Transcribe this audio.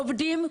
עובדים,